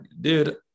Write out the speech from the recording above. dude